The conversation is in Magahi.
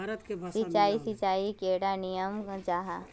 सिंचाई सिंचाईर कैडा नियम जाहा?